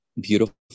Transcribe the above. beautiful